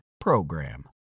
PROGRAM